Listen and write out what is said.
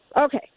okay